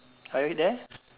are you there